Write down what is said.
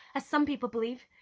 as some people believe,